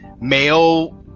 male